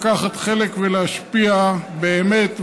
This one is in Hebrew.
לקחת חלק ולהשפיע באמת,